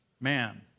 Man